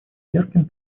ярким